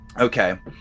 Okay